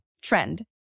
trend